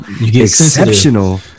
exceptional